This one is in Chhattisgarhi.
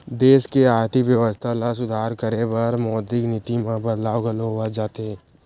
देस के आरथिक बेवस्था ल सुधार करे बर मौद्रिक नीति म बदलाव घलो होवत जाथे